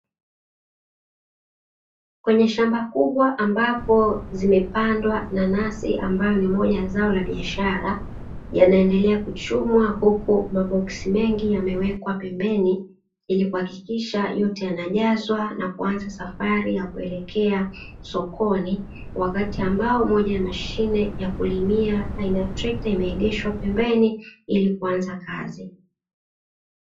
Kwenye shamba kubwa ambapo zimepandwa nanasi ambayo ni moja zao la biashara, yanaendelea kuchumwa huku maboksi mengi yamewekwa pembeni ili kuhakikisha yote yanajazwa na kuanza safari ya kuelekea sokoni, wakati ambao mwenye mashine ya kulimia aina ya trekta imeegeshwa pembeni ili kuanza kazi.